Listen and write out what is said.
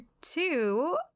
two